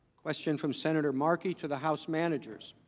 question from senator market to the house managers.